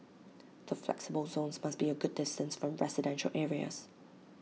the 'flexible' zones must be A good distance from residential areas